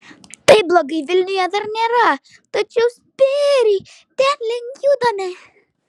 taip blogai vilniuje dar nėra tačiau spėriai tenlink judame